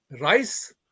rice